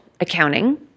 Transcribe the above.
accounting